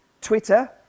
Twitter